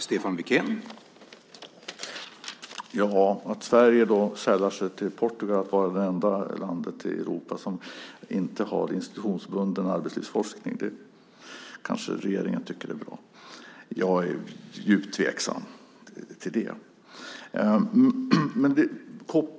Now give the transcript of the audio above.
Herr talman! Att Sverige sällar sig till Portugal som det enda landet i Europa som inte har institutionsbunden arbetslivsforskning kanske regeringen tycker är bra. Jag är djupt tveksam till det.